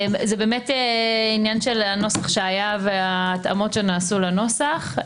זה באמת עניין של הנוסח שהיה וההתאמות שנעשו לנוסח.